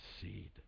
seed